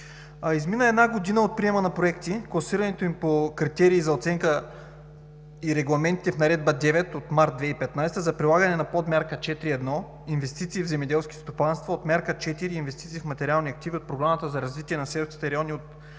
Измина една година от приема на проекти, констатирането им по критерии за оценка и регламентите в Нардеба № 9 от месец март 2015 г., за прилагане на подмярка 4.1 „Инвестиции в земеделски стопанства“ от мярка 4 „Инвестиции в материални активи“ от Програмата за развитие на селските райони в